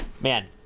man